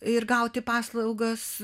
ir gauti paslaugas